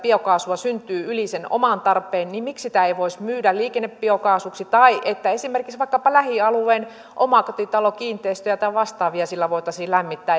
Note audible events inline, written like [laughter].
biokaasua syntyy yli sen oman tarpeen niin miksi sitä ei voisi myydä liikennebiokaasuksi tai esimerkiksi vaikkapa lähialueen omakotitalokiinteistöjä tai vastaavia sillä voitaisi lämmittää [unintelligible]